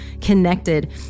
connected